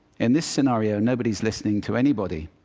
in this scenario, nobody's listening to anybody.